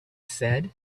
said